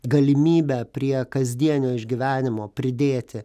galimybę prie kasdienio išgyvenimo pridėti